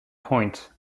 point